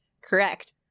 Correct